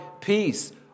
peace